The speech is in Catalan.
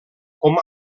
com